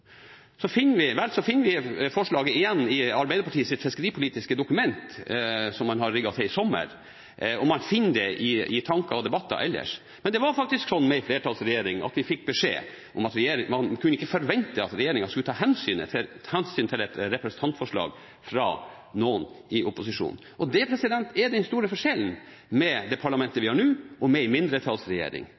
Vel, vi finner forslaget igjen i Arbeiderpartiets fiskeripolitiske dokument, som man har rigget til i sommer, og vi finner det i tanker og debatter ellers. Men det var faktisk sånn – med en flertallsregjering – at vi fikk beskjed om at man ikke kunne forvente at regjeringen skulle ta hensyn til et representantforslag fra noen i opposisjonen. Det er den store forskjellen med det parlamentet vi har nå, og med en mindretallsregjering,